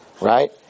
right